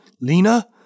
Lena